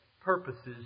purposes